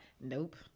Nope